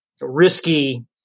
risky